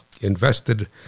invested